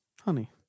Honey